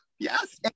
Yes